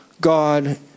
God